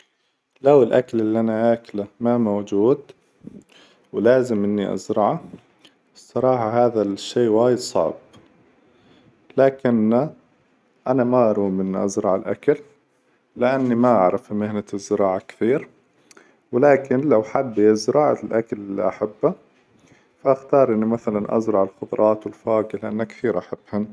لو الأكل إللي أنا أكله ما موجود! ولازم إني أزرعه الصراحة هذا الشي وايد صعب، لكنه أنا ما أروم إني أزرع الأكل، لأني ما عرف مهنة الزراعة كثير، ولكن لو حد يزرع الأكل إللي أحبه فاختار مثلا إن أزرع الخظروات والفواكة لأني كثير أحبهن.